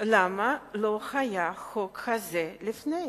למה החוק הזה לא היה לפני.